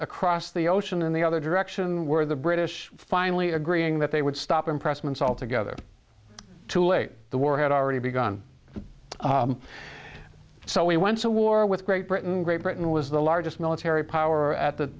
across the ocean in the other direction where the british finally agreeing that they would stop impressment altogether too late the war had already begun so we went to war with great britain great britain was the largest military power at the